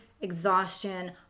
exhaustion